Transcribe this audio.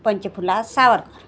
Panchphula Savarkar